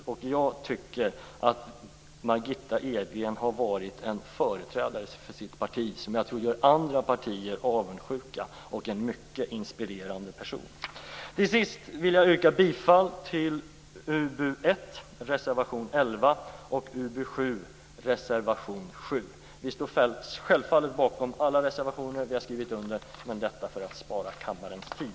Hon har varit både en företrädare för sitt parti som jag tror gör andra partier avundsjuka och en mycket inspirerande person. Till sist vill jag när det gäller UbU1 yrka bifall till reservation 11 och när det gäller UbU7 till reservation 7. Vi står självfallet bakom alla reservationer vi har skrivit under, men vi nöjer oss med dessa yrkanden för att spara kammarens tid.